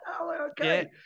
okay